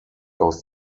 aus